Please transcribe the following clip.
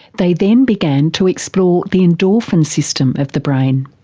they then began to explore the endorphin system of the brain.